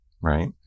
right